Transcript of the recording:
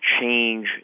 change